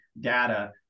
data